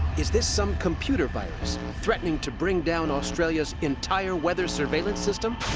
is this some computer virus threatening to bring down australia's entire weather-surveillance system?